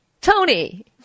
Tony